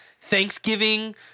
Thanksgiving